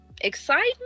Excitement